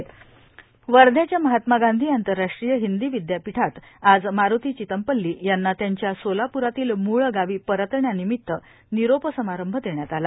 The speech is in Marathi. मारुति चितमपल्ली वर्धाच्या महात्मा गांधी आंतरराष्ट्रीय हिंदी विद्यापीठात आज मारुति चितमपल्ली यांना त्यांच्या सोलाप्रातील म्ळगावी परतण्यामिमित्त निरोप समारंभ देण्यात आला